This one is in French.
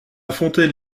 fontaine